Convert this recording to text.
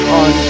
on